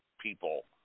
people